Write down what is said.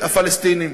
הפלסטינים.